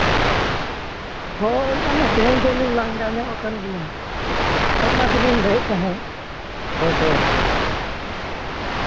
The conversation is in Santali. ᱦᱳᱭ ᱢᱟᱱᱮ ᱛᱮᱦᱮᱧ ᱠᱷᱚᱡ ᱞᱤᱧ ᱞᱟᱸᱜᱟ ᱧᱚᱜ ᱟᱠᱟᱱ ᱜᱮᱭᱟ ᱚᱱᱟ ᱛᱮᱞᱤᱧ ᱞᱟᱹᱭᱮᱫ ᱛᱟᱦᱮᱸᱫ ᱦᱳᱭᱥᱮ